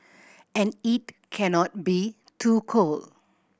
and it cannot be too cold